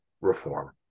reform